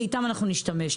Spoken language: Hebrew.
ואיתם אנחנו נשתמש.